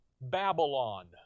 Babylon